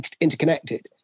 interconnected